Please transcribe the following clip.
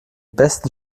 besten